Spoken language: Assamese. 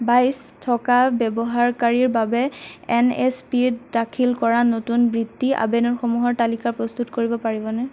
বাইছ থকা ব্যবহাৰকাৰীৰ বাবে এন এছ পি ত দাখিল কৰা নতুন বৃত্তি আৱেদনসমূহৰ তালিকা প্ৰস্তুত কৰিব পাৰিবনে